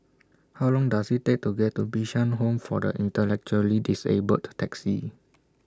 How Long Does IT Take to get to Bishan Home For The Intellectually Disabled Taxi